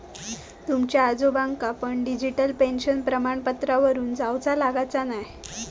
तुमच्या आजोबांका पण डिजिटल पेन्शन प्रमाणपत्रावरून जाउचा लागाचा न्हाय